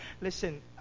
Listen